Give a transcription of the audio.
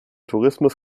tourismus